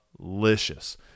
delicious